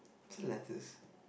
said lettuce